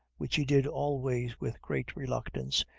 which he did always with great reluctance,